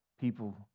People